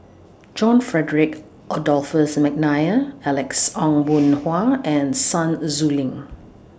John Frederick Adolphus Mcnair Alex Ong Boon Hau and Sun Xueling